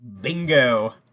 Bingo